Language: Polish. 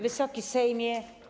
Wysoki Sejmie!